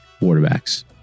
quarterbacks